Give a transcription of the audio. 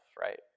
right